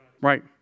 Right